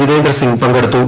ജിതേന്ദ്ര സിംഗ് പങ്കെടുത്തു